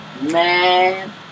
Man